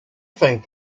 think